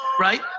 right